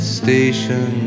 station